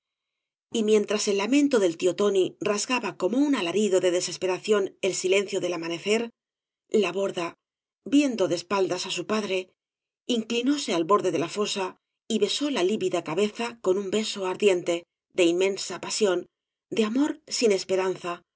y mientras el lamento del tío tóui rasgaba como un alarido de desesperación el silencio del amanecer la borda viendo de espaldas á su padre inclinóse al borde de la fosa y besó la lívida cabeza con un beso ardiente de inmensa pasión de amor sin esperanza